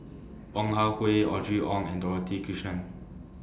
Ong Ah Hoi Audrey Wong and Dorothy Krishnan